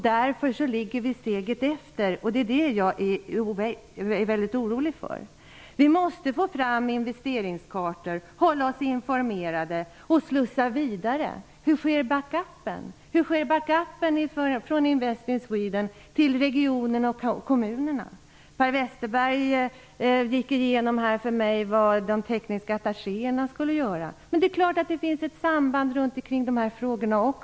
Vi ligger steget efter, och det är jag är väldigt orolig för. Vi måste få fram investeringskartor, hålla oss informerade och slussa vidare. Hur är den ''backup'' som sker från Invest in Sweden till regionerna och kommunerna? Per Westerberg berättade för mig vad de tekniska attachéerna skall göra. Det är klart att det finns ett samband mellan alla dessa frågor.